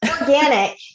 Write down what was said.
organic